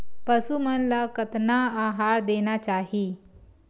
पशु मन ला कतना आहार देना चाही?